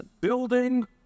building